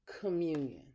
communion